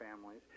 families